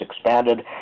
expanded